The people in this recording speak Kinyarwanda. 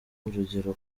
urugero